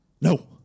No